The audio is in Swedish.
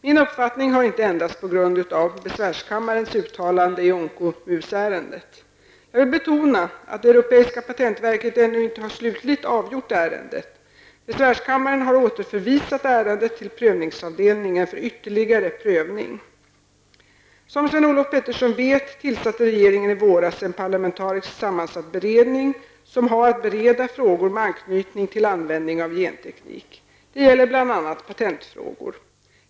Min uppfattning har inte ändrats på grund av besvärskammarens uttalanden i onko-musärendet. Jag vill betona att det europeiska patentverket ännu inte har slutligt avgjort ärendet. Besvärskammaren har återförvisat ärendet till prövningsavdelningen för ytterligare prövning. Som Sven-Olof Petersson vet tillsatte regeringen i våras en parlamentariskt sammansatt beredning som har att bereda frågor med anknytning till användning av genteknik. Det gäller bl.a. patentfrågor.